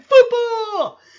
football